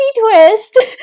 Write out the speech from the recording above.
twist